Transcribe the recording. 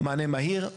מענה מהיר,